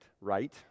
right